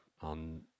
on